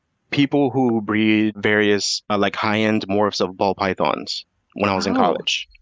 people who breed various, like high end morphs of ball pythons when i was in college.